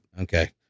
Okay